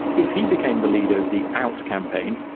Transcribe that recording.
if he became the leader of the out campaign,